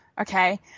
Okay